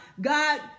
God